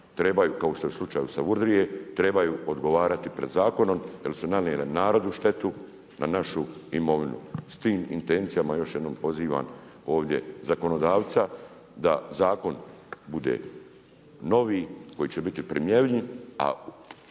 trebaju, kao što je u slučaju Salvurdije, trebaju odgovarati pred zakonom jer su nanijele narodu štetu, na našu imovinu. S tim intencijama još jednom pozivam ovdje zakonodavca da zakon bude novi, koji će biti primjenjiv,